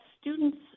students